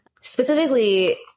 specifically